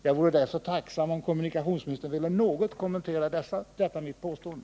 Jag vore därför tacksam om kommunikationsministern ville något kommentera detta mitt påstående.